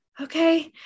Okay